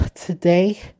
today